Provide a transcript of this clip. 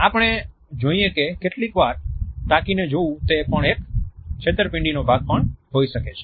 આપણે જોઈએ કે કેટલીક વાર તાકીને જોવું તે પણ એક છેતરપિંડીનો ભાગ પણ હોઈ શકે છે